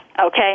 okay